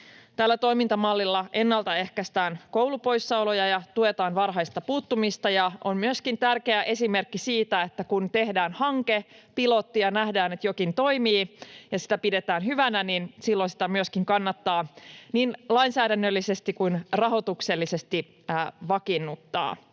Tällä toimintamallilla ennaltaehkäistään koulupoissaoloja ja tuetaan varhaista puuttumista, ja tämä on myöskin tärkeä esimerkki siitä, että kun tehdään hanke, pilotti, ja nähdään, että jokin toimii ja sitä pidetään hyvänä, niin silloin sitä myöskin kannattaa niin lainsäädännöllisesti kuin rahoituksellisesti vakiinnuttaa.